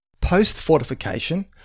Post-fortification